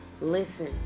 Listen